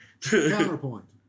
Counterpoint